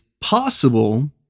possible